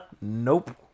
Nope